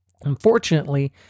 Unfortunately